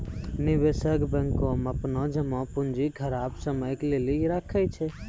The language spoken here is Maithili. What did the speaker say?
निवेशक बैंको मे अपनो जमा पूंजी खराब समय के लेली राखै छै